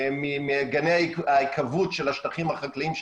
מגני ההיקוות של השטחים החקלאיים שסביבנו.